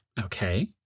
Okay